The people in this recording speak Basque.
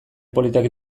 politak